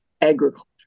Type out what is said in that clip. agriculture